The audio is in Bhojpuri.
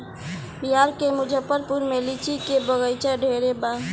बिहार के मुजफ्फरपुर में लीची के बगइचा ढेरे बा